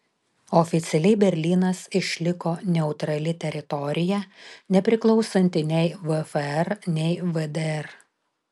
oficialiai berlynas išliko neutrali teritorija nepriklausanti nei vfr nei vdr